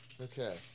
Okay